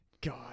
God